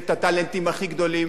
ואת הטאלנטים הכי גדולים.